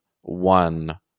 one